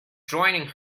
joining